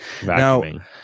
Vacuuming